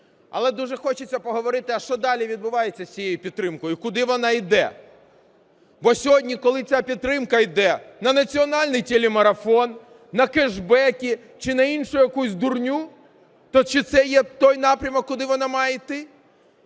Але дуже хочеться поговорити, а що далі відбувається з цією підтримкою, куди вона іде. Бо сьогодні, коли ця підтримка іде на національний телемарафон, на кешбеки чи на іншу якусь дурню, то чи це є той напрямок, куди вона має іти?